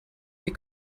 ihr